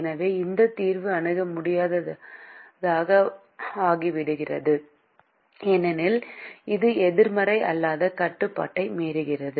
எனவே இந்த தீர்வு அணுக முடியாததாகிவிடுகிறது ஏனெனில் இது எதிர்மறை அல்லாத கட்டுப்பாட்டை மீறுகிறது